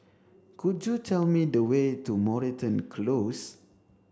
could you tell me the way to Moreton Close